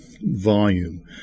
volume